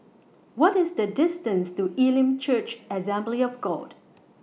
What IS The distance to Elim Church Assembly of God